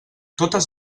totes